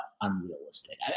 unrealistic